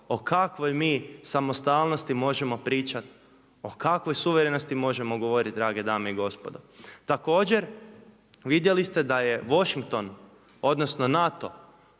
o kakvoj mi samostalnosti možemo pričati, o kakvoj suverenosti možemo govoriti drage dame i gospodo. Također vidjeli ste da je Washington, odnosno NATO